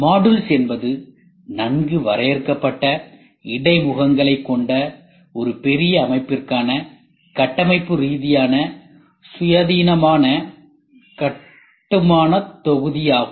modules என்பது நன்கு வரையறுக்கப்பட்ட இடைமுகங்களைக் கொண்ட ஒரு பெரிய அமைப்பிற்கான கட்டமைப்புரீதியாக சுயாதீனமான கட்டுமானத் தொகுதி ஆகும்